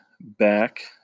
back